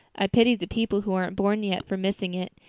i pity the people who aren't born yet for missing it.